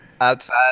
Outside